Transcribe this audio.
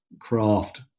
craft